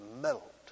melt